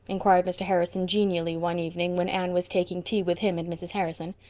inquired mr. harrison genially one evening when anne was taking tea with him and mrs. harrison.